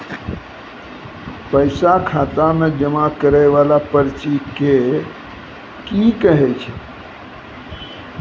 पैसा खाता मे जमा करैय वाला पर्ची के की कहेय छै?